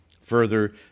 Further